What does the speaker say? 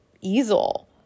easel